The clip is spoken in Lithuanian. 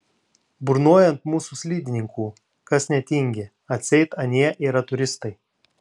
burnoja ant mūsų slidininkų kas netingi atseit anie yra turistai